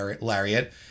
lariat